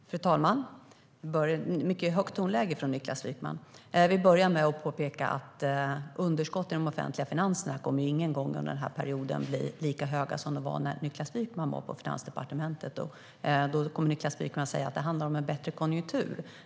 Fru talman! Det är ett mycket högt tonläge från Niklas Wykman. Jag vill börja med att påpeka att underskotten i de offentliga finanserna inte någon gång under den här perioden kommer att bli lika stora som när Niklas Wykman var på Finansdepartementet.Niklas Wykman kommer då att säga att det handlar om en bättre konjunktur.